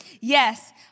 Yes